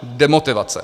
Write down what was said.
Demotivace.